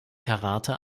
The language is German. karate